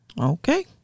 Okay